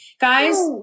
Guys